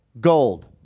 gold